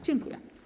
Dziękuję.